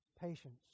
patience